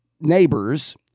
Neighbors